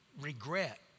regret